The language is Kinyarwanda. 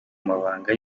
mabanga